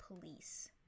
police